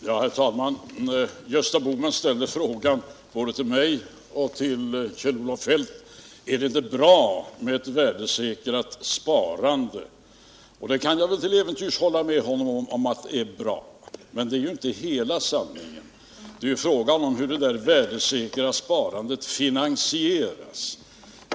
Herr talman! Gösta Bohman ställde frågan både till mig och till Kjell-Olof Feldt: Är det inte bra med ett värdesäkert sparande? Jag kan till äventyrs hålla med honom om att det är bra, men det är ju inte hela sanningen. Det är fråga om hur det värdesäkra sparandet finansieras.